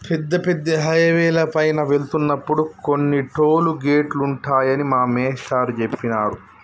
పెద్ద పెద్ద హైవేల పైన వెళ్తున్నప్పుడు కొన్ని టోలు గేటులుంటాయని మా మేష్టారు జెప్పినారు